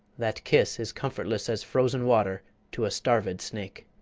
that kiss is comfortless as frozen water to a starved snake.